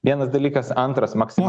vienas dalykas antras maksima